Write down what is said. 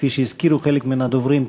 כפי שהזכירו חלק מן הדוברים,